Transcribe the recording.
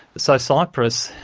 so cyprus,